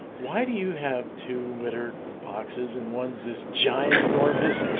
why do you have to litter boxes and ones this giant enormous?